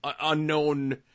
unknown